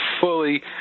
fully